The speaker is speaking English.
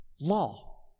law